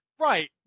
right